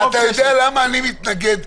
למה שלא יינתן לאלתר?